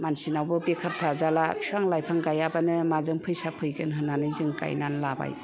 मानसिनावबो बेखार थाजाला बिफां लायफां गायाबानो माजों फैसा फैगोन होननानै जों गायनानै लाबाय